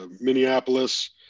Minneapolis